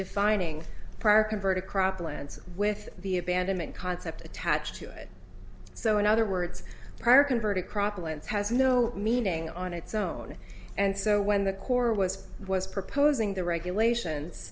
defining prior converted croplands with the abandonment concept attached to it so in other words per converted croplands has no meaning on its own and so when the core was was proposing the regulations